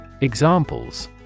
Examples